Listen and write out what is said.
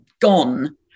gone